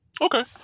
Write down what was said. Okay